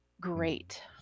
great